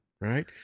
right